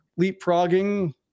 leapfrogging